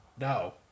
No